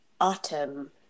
autumn